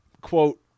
quote